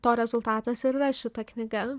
to rezultatas ir yra šita knyga